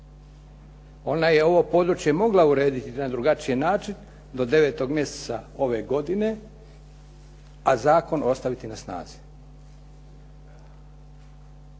Ona je ovo područje mogla urediti na drugačiji način do 9. mjeseca ove godine a zakon ostaviti na snazi.